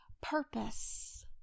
purpose